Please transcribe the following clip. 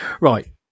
right